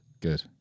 Good